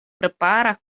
prepara